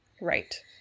Right